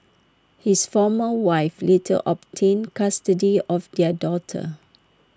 his former wife later obtained custody of their daughter